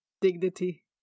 dignity